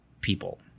people